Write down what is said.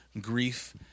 grief